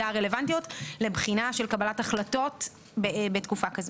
הרלוונטיות לבחינה של קבלת החלטות בתקופה כזו.